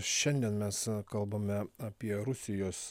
šiandien mes kalbame apie rusijos